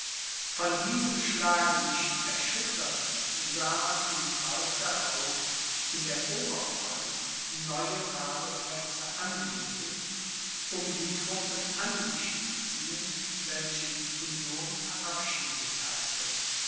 von diesem schlage nicht erschüttert sah man ihn bald darauf in der oberpfalz neue werbeplätze anlegen um die truppen an sich zu ziehen welche die union verabschiedet hatte